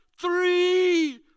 three